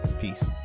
peace